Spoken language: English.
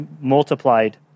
multiplied